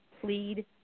Plead